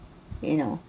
you know